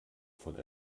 von